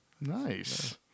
Nice